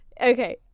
okay